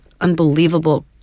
unbelievable